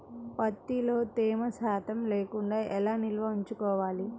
ప్రత్తిలో తేమ శాతం లేకుండా ఎలా నిల్వ ఉంచుకోవాలి?